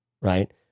right